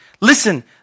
Listen